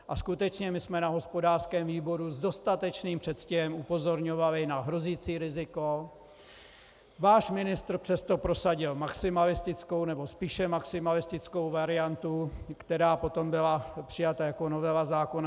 A skutečně, my jsme na hospodářském výboru s dostatečným předstihem upozorňovali na hrozící riziko, váš ministr přesto prosadil maximalistickou, nebo spíše maximalistickou variantu, která potom byla přijata jako novela zákona.